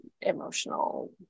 emotional